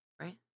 right